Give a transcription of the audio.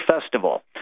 Festival